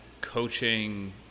coaching